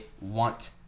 want